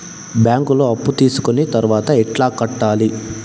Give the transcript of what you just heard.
బ్యాంకులో అప్పు తీసుకొని తర్వాత ఎట్లా కట్టాలి?